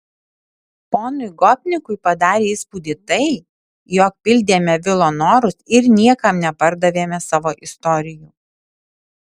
ponui gopnikui padarė įspūdį tai jog pildėme vilo norus ir niekam nepardavėme savo istorijų